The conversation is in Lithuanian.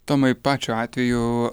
tomai pačio atveju